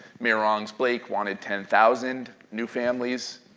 mayor rawlings-blake wanted ten thousand new families,